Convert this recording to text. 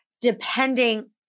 Depending